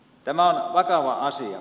tämä on vakava asia